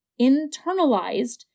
internalized